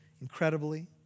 incredibly